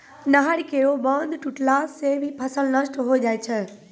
नहर केरो बांध टुटला सें भी फसल नष्ट होय जाय छै